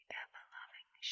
ever-loving